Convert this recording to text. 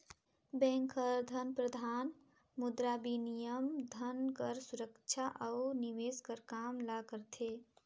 bank हर धन प्रबंधन, मुद्राबिनिमय, धन कर सुरक्छा अउ निवेस कर काम ल करथे